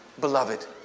beloved